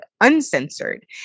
uncensored